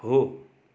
हो